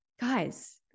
guys